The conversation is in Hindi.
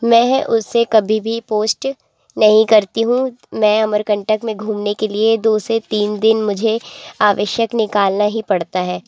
मैं उससे कभी भी पोस्ट नहीं करती हूँ मैं अमरकंटक में घूमने के लिए दो से तीन दिन मुझे आवश्यक निकालना ही पड़ता है